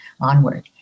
onward